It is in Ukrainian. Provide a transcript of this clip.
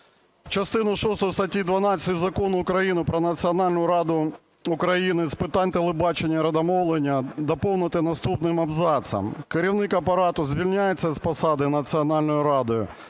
Частину шосту статті 12 Закону України "Про Національну раду України з питань телебачення і радіомовлення" доповнити наступним абзацом: "Керівник апарату звільняється з посади Національною радою